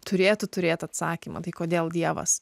turėtų turėt atsakymą tai kodėl dievas